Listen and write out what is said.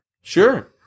Sure